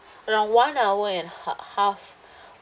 around one hour and half half